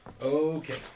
Okay